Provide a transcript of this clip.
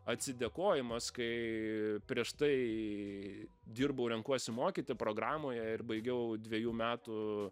atsidėkojimas kai prieš tai dirbau renkuosi mokyti programoje ir baigiau dvejų metų